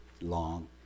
long